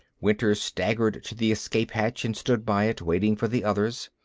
winter staggered to the escape hatch and stood by it, waiting for the others.